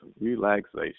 relaxation